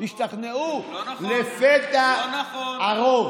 לא נכון.